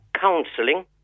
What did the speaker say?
counselling